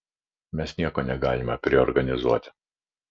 mes nieko negalime priorganizuoti